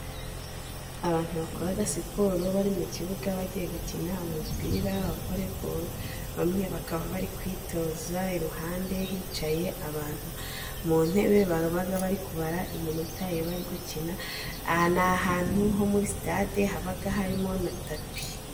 Abantu bakora siporo bari mu kibuga bagiye gukina umupira wa volley ball. Bamwe bakaba bari kwitoza. Iruhande hicaye abantu mu ntebe baba bari kubara iminota yabari gukina. Aha ni ahantu muri stade haba harimo na tapi.